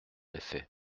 effet